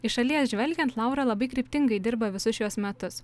iš šalies žvelgiant laura labai kryptingai dirba visus šiuos metus